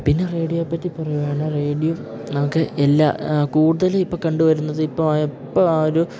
പിന്നെ റേഡിയോയെ പറ്റി പറയുകയാണേ റേഡിയോ നമുക്ക് എല്ലാ കൂടുതലും ഇപ്പം കണ്ടു വരുന്നത് ഇപ്പം ഇപ്പോൾ ആ ഒരു